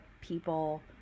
people